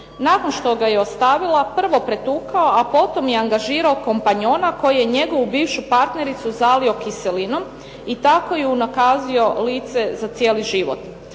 nakon što ga je ostavila prvo pretukao a potom angažirao kompanjona koji je njegovu bivšu partnericu zalio kiselinom i tako joj unakazio lice za cijeli život.